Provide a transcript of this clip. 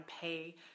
pay